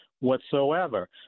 whatsoever